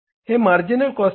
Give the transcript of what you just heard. हे marginal cost आहे